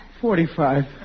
Forty-five